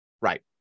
Right